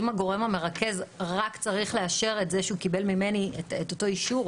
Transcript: אם הגורם המרכז רק צריך לאשר את זה שהוא קיבל ממני את אותו אישור,